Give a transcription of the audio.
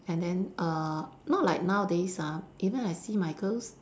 and then err not like nowadays ah even I see my girls